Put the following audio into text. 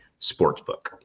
Sportsbook